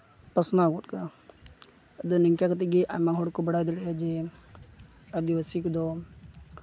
ᱯᱟᱥᱱᱟᱣ ᱜᱚᱫ ᱠᱟᱜᱼᱟ ᱟᱫᱚ ᱱᱤᱝᱠᱟ ᱠᱟᱛᱮᱫ ᱜᱮ ᱟᱭᱢᱟ ᱦᱚᱲ ᱠᱚ ᱵᱟᱲᱟᱭ ᱫᱟᱲᱮᱭᱟᱜᱼᱟ ᱡᱮ ᱟᱹᱫᱤᱵᱟᱹᱥᱤ ᱠᱚᱫᱚ